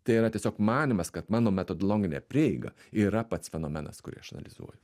tai yra tiesiog manymas kad mano metodologinė prieiga yra pats fenomenas kurį aš analizuoju